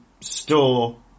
store